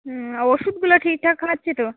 হুম আর ওষুধগুলো ঠিকঠাক খাওয়াচ্ছে তো